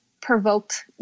provoked